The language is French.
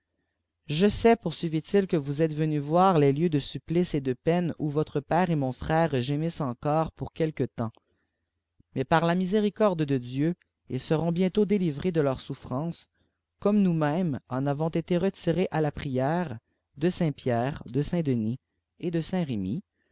je sais poursuivit-il que vous êtes venu voii les lieux de supplices et de peines où votre père et mon frère gémissent encore pour quelque temps mais par la miséricorde de dieu ils seront bientôt délivrés de leurs souffrances comme nousnêmes en avons été retirés à la prière de saint pierre de saint denis et de